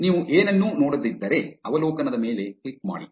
ನೀವು ಏನನ್ನೂ ನೋಡದಿದ್ದರೆ ಅವಲೋಕನದ ಮೇಲೆ ಕ್ಲಿಕ್ ಮಾಡಿ